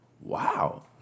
Wow